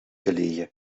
gelegen